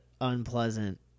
unpleasant